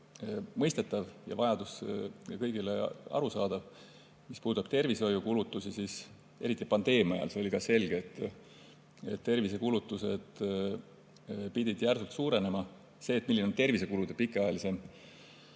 mõistetav ja see vajadus on kõigile arusaadav. Mis puudutab tervishoiukulutusi, siis eriti pandeemia ajal see oli ka selge, et tervisekulutused pidid järsult suurenema. See, milline on tervisekulude pikemaajalisem